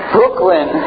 Brooklyn